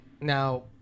now